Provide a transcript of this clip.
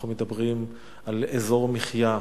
אנחנו מדברים על אזור מחיה,